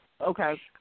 Okay